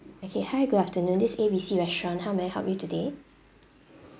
okay hi good afternoon this is A B C restaurant how may I help you today